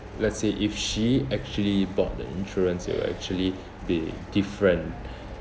let's say if she actually bought the insurance it will actually be different